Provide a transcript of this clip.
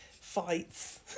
fights